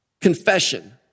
confession